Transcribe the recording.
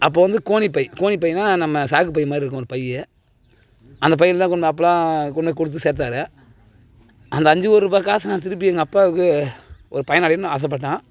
அப்போது வந்து கோணிப்பை கோணிப்பைனா நம்ம சாக்கு பை மாதிரி இருக்கும் ஒரு பை அந்த பையில தான் கொண்டு போய் அப்போதுலாம் கொண்டு போய் கொடுத்து சேர்த்தாரு அந்த அஞ்சு ஒருபா காசு நான் திருப்பி எங்கள் அப்பாவுக்கு ஒரு பயனடையணும்னு நான் ஆசைப்பட்டேன்